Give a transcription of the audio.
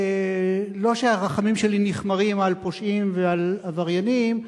לא שהרחמים שלי נכמרים על פושעים ועל עבריינים,